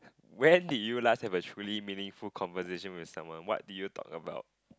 when did you last have a truly meaningful conversation with someone what did you talk about